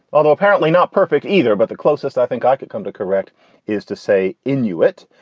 although apparently not perfect either. but the closest i think i could come to correct is to say in you it.